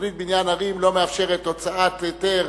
שתוכנית בניין ערים לא מאפשרת הוצאת היתר,